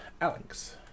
Alex